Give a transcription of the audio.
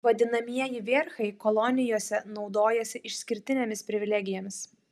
vadinamieji vierchai kolonijose naudojasi išskirtinėmis privilegijomis